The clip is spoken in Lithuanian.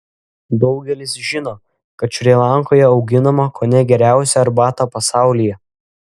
daugelis žino kad šri lankoje auginama kone geriausia arbata pasaulyje